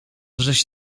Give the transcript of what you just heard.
żeś